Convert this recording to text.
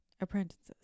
apprentices